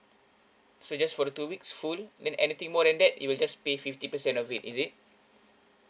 so just for the two weeks fully mean anything more than that it will just pay fifty percent of it is it